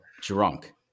drunk